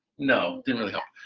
no? didn't really help.